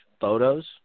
photos